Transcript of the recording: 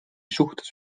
suhtes